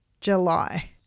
July